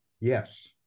Yes